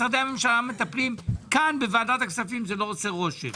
"משרדי הממשלה מטפלים" כאן בוועדת הכספים זה לא עושה רושם.